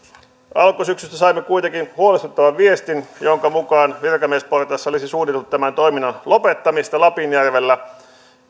alkusyksystä saimme kuitenkin huolestuttavan viestin jonka mukaan virkamiesportaassa tässä olisi suunnitellut tämän toiminnan lopettamista lapinjärvellä